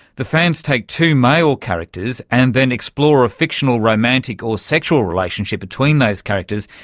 the fans take two male characters and then explore a fictional romantic or sexual relationship between those characters,